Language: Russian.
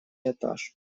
этаж